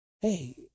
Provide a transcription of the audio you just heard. hey